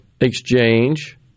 exchange